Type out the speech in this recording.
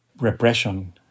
repression